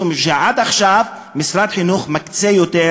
משום שעד עכשיו משרד החינוך מקצה יותר